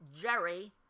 Jerry